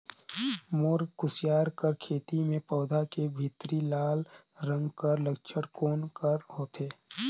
मोर कुसियार कर खेती म पौधा के भीतरी लाल रंग कर लक्षण कौन कर होथे?